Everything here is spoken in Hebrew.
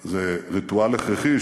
וריטואל הכרחי,